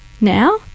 now